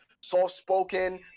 soft-spoken